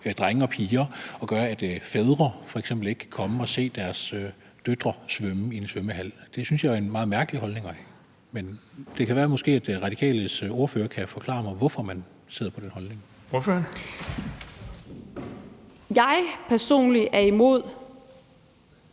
drenge og piger og gør, at fædre f.eks. ikke kan komme og se deres døtre svømme i en svømmehal. Det synes jeg er en meget mærkelig holdning at have. Men det kan være, at De Radikales ordfører kan forklare mig, hvorfor man sidder på den holdning. Kl. 12:41 Den fg.